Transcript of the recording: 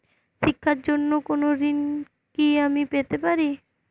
শিক্ষার জন্য কোনো ঋণ কি আমি পেতে পারি?